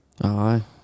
Aye